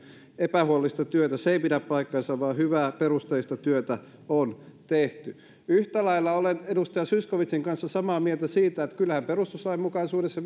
epähuolellista työtä se ei pidä paikkaansa vaan hyvää perusteellista työtä on tehty yhtä lailla olen edustaja zyskowiczin kanssa samaa mieltä siitä että kyllähän perustuslainmukaisuudessa